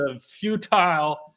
futile